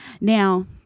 now